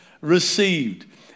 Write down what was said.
received